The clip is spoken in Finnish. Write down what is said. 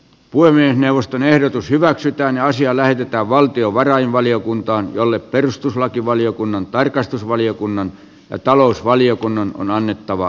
puhemiesneuvoston ehdotus hyväksytään asia lähetetään valtiovarainvaliokuntaan jolle perustuslakivaliokunnan tarkastusvaliokunnan ja talouspakotteiden vaikutuksien myötä